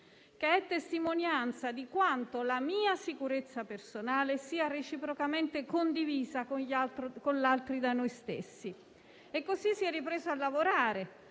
che è testimonianza di quanto la mia sicurezza personale sia reciprocamente condivisa con gli altri da noi stessi. Così si è ripreso a lavorare,